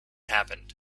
happened